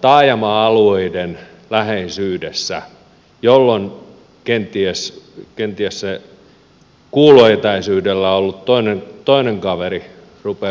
taajama alueiden läheisyydessä jolloin kenties se kuuloetäisyydellä ollut toinen kaveri rupeaa pelkäämään sitä paikkaa